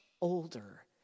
older